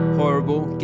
horrible